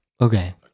okay